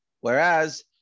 Whereas